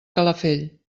calafell